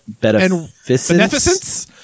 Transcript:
beneficence